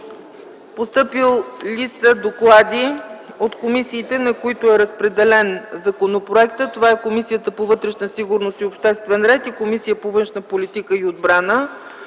Постъпили са доклади от комисиите, на които е разпределен законопроектът. Това са Комисията по вътрешна сигурност и обществен ред и Комисията по външна политика и отбрана.